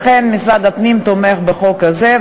לכן משרד הפנים תומך בחוק הזה,